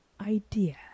idea